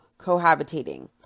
cohabitating